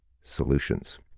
solutions